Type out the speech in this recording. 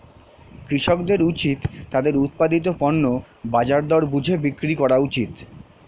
কৃষকদের উচিত তাদের উৎপাদিত পণ্য বাজার দর বুঝে বিক্রি করা উচিত